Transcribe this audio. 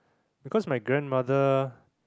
because my grandmother